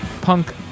punk